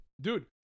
Dude